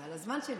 זה על הזמן שלי.